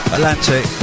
Atlantic